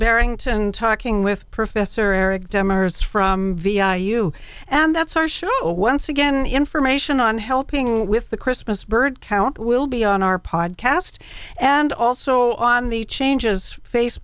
barrington talking with professor eric demarest from vi you and that's our show once again information on helping with the christmas bird count will be on our podcast and also on the changes face